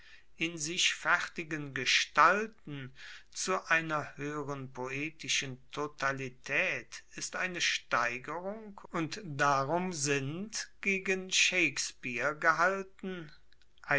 in sich fertigen gestalten zu einer hoeheren poetischen totalitaet ist eine steigerung und darum sind gegen shakespeare gehalten